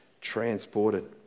transported